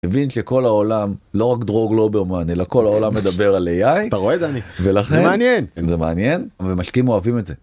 מבין שכל העולם, לא רק דרור גלוברמן אלא כל העולם מדבר על AI, אתה רואה דני? ולכן, אם זה מעניין. ומשקיעים אוהבים את זה.